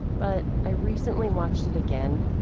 but i recently watched it again,